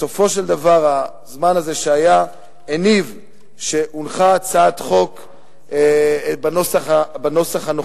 בסופו של דבר הזמן הזה הניב את הצעת החוק בנוסח הנוכחי.